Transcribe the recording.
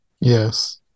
Yes